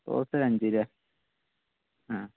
rose ഒരു അഞ്ച് അല്ലെ